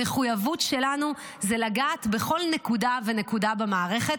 המחויבות שלנו היא לגעת בכל נקודה ונקודה במערכת